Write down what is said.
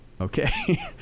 okay